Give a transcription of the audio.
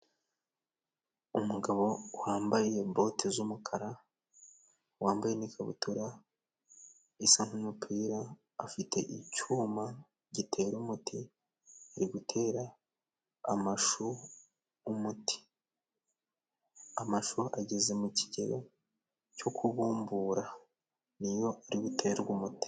Umugabo wambaye boti z'umukara, wambaye n'ikabutura isa nk'umupira afite icyuma gitera umuti, ari gutera amashu umuti. Amashu ageze mu kigero cyo kubumbura niyo ari buterwe umuti.